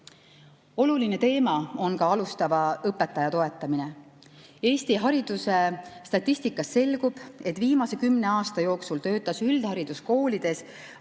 Oluline teema on ka alustava õpetaja toetamine. Eesti hariduse statistikast selgub, et viimase kümne aasta jooksul töötas üldhariduskoolides